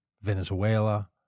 Venezuela